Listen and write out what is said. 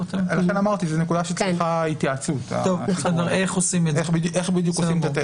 לכן אמרתי שזו נקודה שצריכה התייעצות איך בדיוק עושים,